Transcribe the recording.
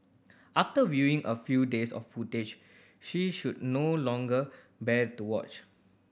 after viewing a few days of footage she should no longer bear to watch